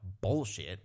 bullshit